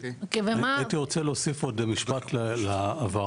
הייתי רוצה להוסיף עוד משפט להבהרה,